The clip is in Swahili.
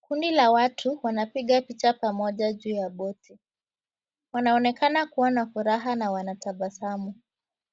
Kundi la watu wanapiga picha pamoja juu ya boti. Wanaonekana kuwa na furaha na wanatabasamu.